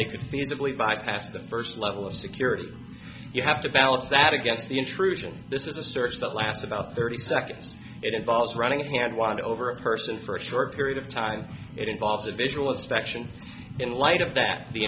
they could feasibly bypass the first level of security you have to balance that against the intrusion this is a search that last about thirty seconds it involves running and won over a person for a short period of time it involves a visual inspection in light of that the